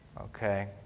Okay